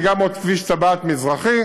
וגם עוד כביש טבעת מזרחי.